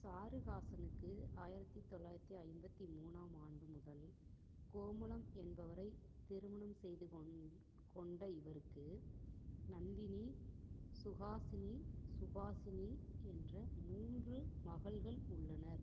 சாருஹாசனுக்கு ஆயிரத்தி தொள்ளாயிரத்தி ஐம்பத்தி மூணாம் ஆண்டு முதல் கோமளம் என்பவரை திருமணம் செய்து கொண்ட இவருக்கு நந்தினி சுஹாசினி சுபாஷினி என்ற மூன்று மகள்கள் உள்ளனர்